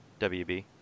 WB